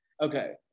Okay